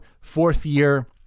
fourth-year